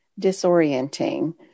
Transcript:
disorienting